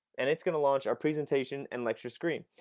and it's going to launch a presentation and lectures screen.